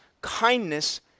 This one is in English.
kindness